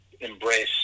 embrace